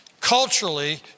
Culturally